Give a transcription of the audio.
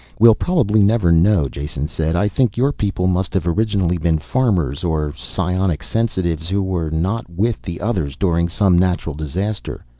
we'll probably never know, jason said. i think your people must have originally been farmers, or psionic sensitives who were not with the others during some natural disaster.